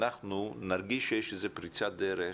אנחנו נרגיש שיש איזושהי פריצת דרך,